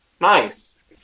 Nice